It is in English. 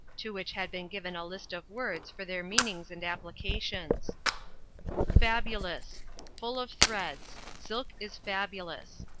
to which had been given a list of words for their meanings and applications fabulous full of threads silk is fabulous.